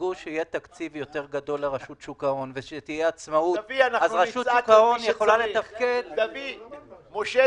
בסופו של דבר, אנחנו כרגולטורים --- ענת,